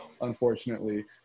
unfortunately